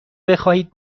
بخواهید